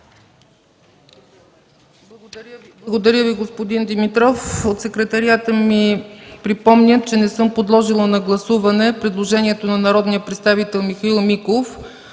Благодаря Ви, господин Димитров. От Секретариата ми припомнят, че не съм подложила на гласуване предложението на народния представител Михаил Миков